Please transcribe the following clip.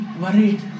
worried